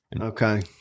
Okay